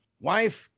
Wife